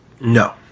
No